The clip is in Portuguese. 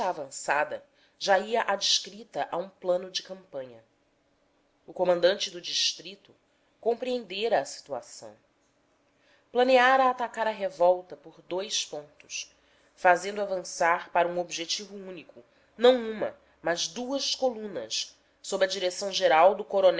avançada já ia adscrita a um plano de campanha o comandante do distrito compreendera a situação planeara atacar a revolta por dous pontos fazendo avançar para um objetivo único não uma mas duas colunas sob a direção geral do